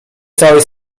całej